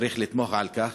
צריך לתמוה על כך.